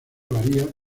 varía